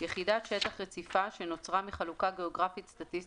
יחידת שטח רציפה שנוצרה מחלוקה גאוגרפית-סטטיסטית,